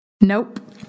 nope